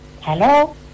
Hello